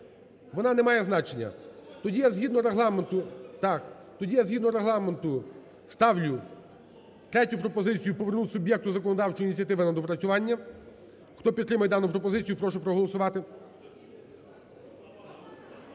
Регламенту… так, тоді я згідно Регламенту ставлю третю пропозицію повернути суб'єкту законодавчої ініціативи на доопрацювання. Хто підтримує дану пропозицію, прошу проголосувати.